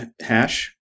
Hash